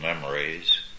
memories